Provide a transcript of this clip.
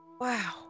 Wow